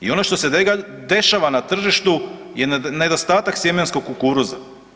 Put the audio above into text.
I ono što se dešava na tržištu je nedostatak sjemenskog kukuruza.